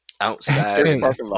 Outside